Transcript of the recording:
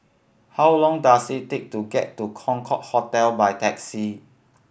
how long does it take to get to Concorde Hotel by taxi